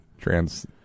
Trans